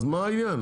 אז מה העניין?